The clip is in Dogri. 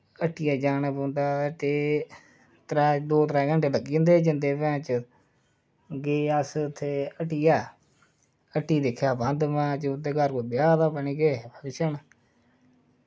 हट्टिया जाना पौंदा ते दौ त्रैऽ घैंटे लग्गी जंदे हे जाने गी गे अस उत्थें हट्टिया हट्टी दिक्खेआ बंद घर ब्याह् नी पता केह् फंक्शन